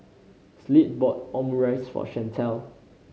Slade bought Omurice for Shantell